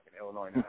Illinois